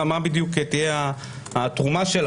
מה בדיוק תהיה התרומה שלה?